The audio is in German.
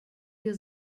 ihr